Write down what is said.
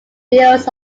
fields